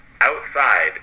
outside